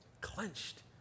clenched